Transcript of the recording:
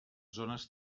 zones